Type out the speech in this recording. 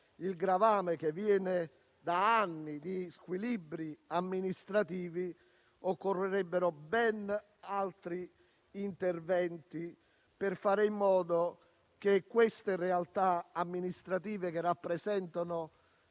il gravame che viene da anni di squilibri amministrativi occorrerebbero ben altri interventi, per fare in modo che queste realtà amministrative, che rappresentano